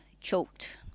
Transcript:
choked